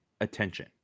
attention